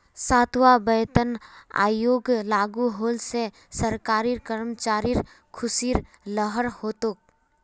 सातवां वेतन आयोग लागू होल से सरकारी कर्मचारिर ख़ुशीर लहर हो तोक